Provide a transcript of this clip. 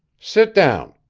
sit down!